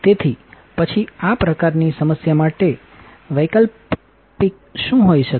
તેથી પછી આ પ્રકારની સમસ્યા માટે વૈકલ્પિક શું હોઈ શકે